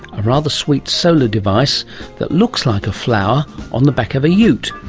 a rather sweet solar device that looks like a flower on the back of a ute?